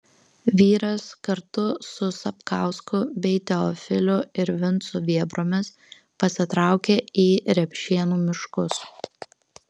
vyras kartu su sapkausku bei teofiliu ir vincu vėbromis pasitraukė į repšėnų miškus